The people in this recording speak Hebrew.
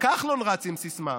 כחלון רץ עם סיסמה: